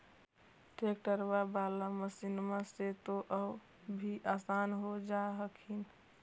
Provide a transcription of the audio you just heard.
ट्रैक्टरबा बाला मसिन्मा से तो औ भी आसन हो जा हखिन?